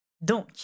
Donc